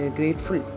grateful